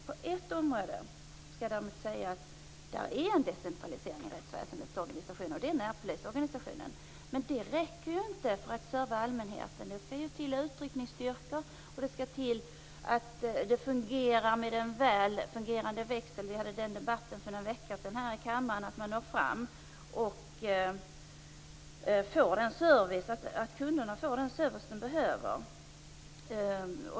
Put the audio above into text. På ett område är det en decentralisering i rättsväsendets organisation, och det gäller närpolisorganisationen. M en det räcker inte för att ge service till allmänheten. Det skall till utryckningsstyrkor, och det behövs en väl fungerande växel. Vi hade för några veckor sedan här i kammaren en debatt om betydelsen av att allmänheten når fram och att människor får den service de behöver.